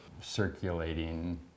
circulating